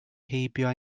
heibio